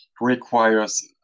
requires